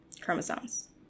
chromosomes